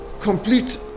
complete